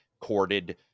corded